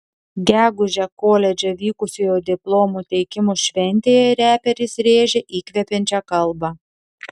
gegužę koledže vykusioje diplomų teikimo šventėje reperis rėžė įkvepiančią kalbą